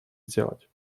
сделать